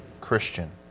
Christian